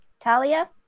Talia